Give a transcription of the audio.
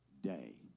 day